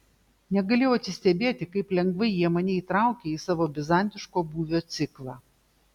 negalėjau atsistebėti kaip lengvai jie mane įtraukė į savo bizantiško būvio ciklą